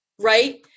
right